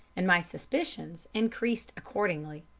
and my suspicions increased accordingly.